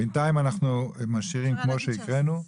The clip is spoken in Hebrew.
בינתיים אנחנו משאירים כמו שהקראנו.